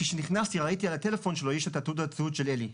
כאשר נכנסתי ראיתי על הטלפון שלו את תעודת הזהות של אלי,